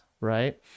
right